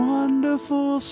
Wonderful